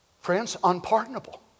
friends—unpardonable